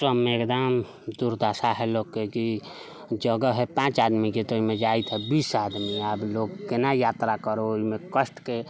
सबमे एकदम दुर्दशा हइ लोकके की जगह हइ पाँच आदमीके तऽ ओहिमे जायत हइ बीस आदमी आब लोक केना यात्रा करौ ओहिमे कष्टके